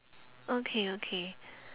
okay okay